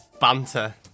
banter